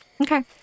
Okay